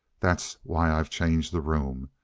that's why i've changed the room.